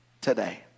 today